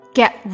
get